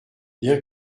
bien